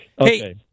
Okay